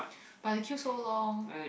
but the queue so long